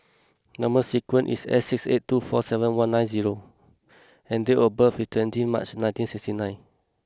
number sequence is S six eight two four seven one nine zero and date of birth is twenty March nineteen sixty nine